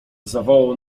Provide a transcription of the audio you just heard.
zawołał